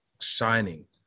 shining